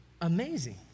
Amazing